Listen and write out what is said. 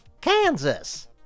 Kansas